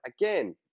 again